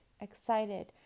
excited